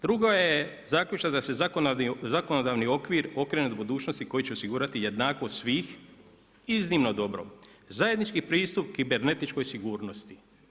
Drugo je zaključak da se zakonodavni okvir okrene budućnosti koji će osigurati jednakost svih, iznimno dobro, zajednički pristup kibernetičkoj sigurnosti.